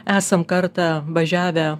esam kartą važiavę